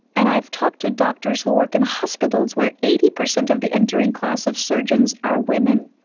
and i've talked to doctors who work in hospitals where eighty percent of the entering class of surgeons are women.